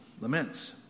laments